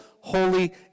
holy